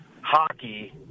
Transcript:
hockey